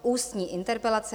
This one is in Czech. Ústní interpelace